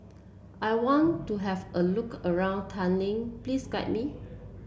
I want to have a look around Tallinn please guide me